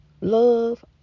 love